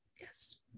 Yes